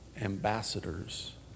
ambassadors